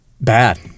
bad